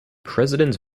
president